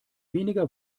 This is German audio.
weniger